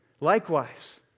Likewise